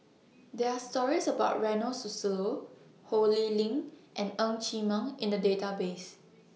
There Are stories about Ronald Susilo Ho Lee Ling and Ng Chee Meng in The Database